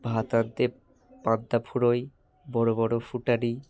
ভাত আনতে পান্তা ফুরোয় বড় বড় ফুটানি